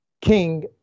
King